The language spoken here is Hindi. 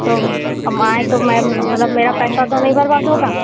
तो हम आएं तो मैम मतलब मेरा पैसा तो नहीं बर्बाद होगा